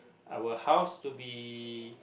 our house to be